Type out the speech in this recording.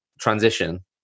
transition